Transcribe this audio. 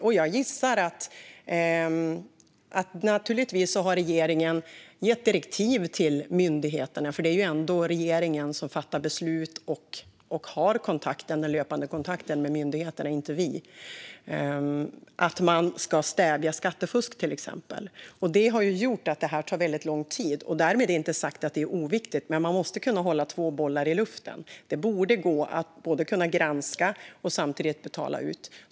Regeringen har naturligtvis gett direktiv till myndigheterna, för det är ändå regeringen som fattar beslut och som har den löpande kontakten med myndigheterna, inte vi. Till exempel ska man stävja skattefusk, vilket har gjort att det tar väldigt lång tid. Därmed inte sagt att det är oviktigt, men man måste kunna hålla två bollar i luften. Det borde kunna gå att både granska och betala ut.